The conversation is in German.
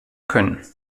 können